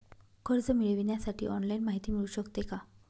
कर्ज मिळविण्यासाठी ऑनलाईन माहिती मिळू शकते का?